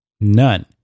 None